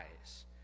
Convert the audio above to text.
eyes